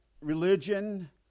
religion